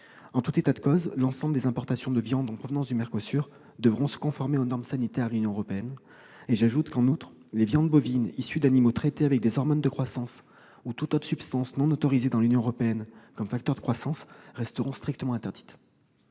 En tout état de cause, les importations de viande en provenance du MERCOSUR devront se conformer aux normes sanitaires de l'Union européenne et les viandes bovines issues d'animaux traités avec des hormones de croissance ou toute autre substance non autorisée dans l'Union européenne comme facteur de croissance resteront strictement interdites.